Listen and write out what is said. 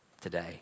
today